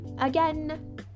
Again